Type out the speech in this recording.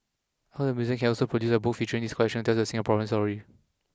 I hope the museum can also produce a book featuring this collection to tell the Singapore story